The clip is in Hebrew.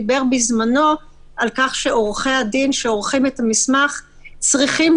דיבר בזמנו על כך שעורכי הדין שעורכים את המסמך צריכים